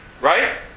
right